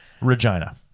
regina